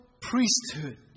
Priesthood